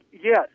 Yes